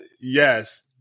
yes